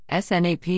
SNAP